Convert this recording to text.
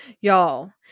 Y'all